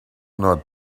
not